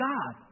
God